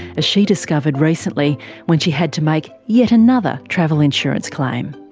as she discovered recently when she had to make yet another travel insurance claim.